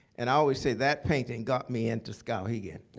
and i always say that painting got me into skowhegan.